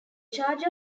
charge